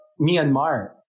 Myanmar